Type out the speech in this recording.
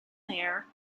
there